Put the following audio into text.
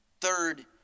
Third